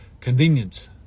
convenience